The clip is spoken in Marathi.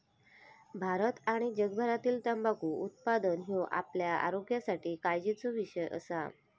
भारत आणि जगभरातील तंबाखू उत्पादन ह्यो आपल्या आरोग्यासाठी काळजीचो विषय असा